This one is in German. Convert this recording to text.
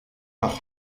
noch